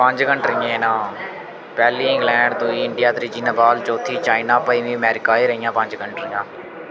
पंज कंट्रियें दे नांऽ पैह्ली इंग्लैंड दुई इंडिया त्री नेपाल चौथी चाइना पंजमी अमैरिका एह् रेहियां पंज कंट्रियां